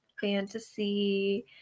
fantasy